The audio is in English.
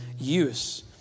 use